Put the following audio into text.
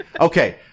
Okay